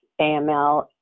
AML